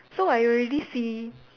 so I already see